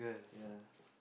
ya